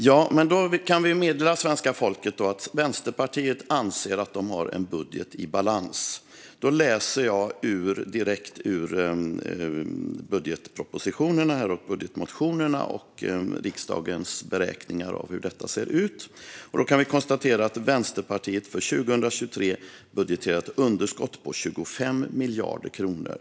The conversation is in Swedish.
Fru talman! Då kan vi alltså meddela svenska folket att Vänsterpartiet anser att de har en budget i balans. Jag läser nu i budgetpropositionen, budgetmotionerna och riksdagens beräkningar av hur det ser ut och konstaterar att Vänsterpartiet för 2023 budgeterar med ett underskott på 25 miljarder kronor.